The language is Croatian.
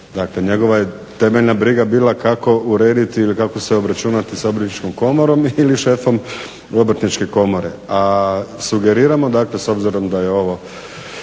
njegova je temeljna briga bila kako urediti ili kako se obračunati sa Obrtničkom komorom ili šefom Obrtničke komore. A sugeriramo dakle s obzirom da je ovo